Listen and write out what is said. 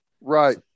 Right